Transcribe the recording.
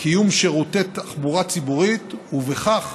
קיום שירותי תחבורה ציבורית, ובכך